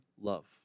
love